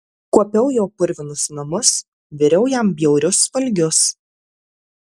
kuopiau jo purvinus namus viriau jam bjaurius valgius